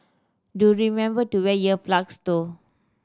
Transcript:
do remember to wear ear plugs though